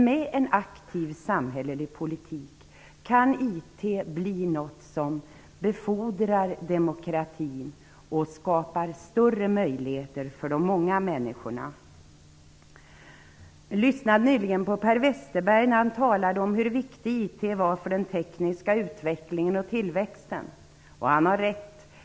Med en aktiv samhällelig politik kan IT bli något som befordrar demokratin och skapar större möjligheter för de många människorna. Jag lyssnade nyss på Per Westerberg när han talade om hur viktig IT var för den tekniska utvecklingen och tillväxten. Han har rätt.